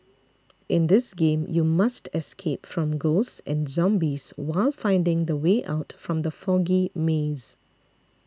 in this game you must escape from ghosts and zombies while finding the way out from the foggy maze